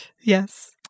yes